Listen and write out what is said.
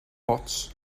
ots